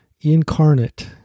incarnate